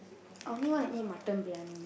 I only want to eat Mutton briyani